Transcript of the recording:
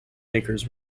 makers